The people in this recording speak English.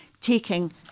taking